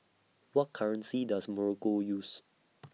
What currency Does Morocco use